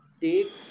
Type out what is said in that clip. take